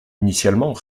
initialement